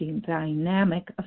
dynamic